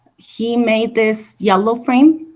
he made this yellow frame.